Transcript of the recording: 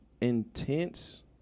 intense